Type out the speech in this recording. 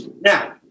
Now